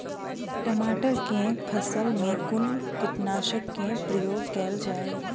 टमाटर केँ फसल मे कुन कीटनासक केँ प्रयोग कैल जाय?